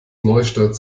neustadt